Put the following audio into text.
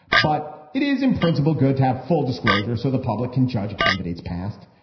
but it is in principle good to have full disclosure so the public can judge a candidate's past.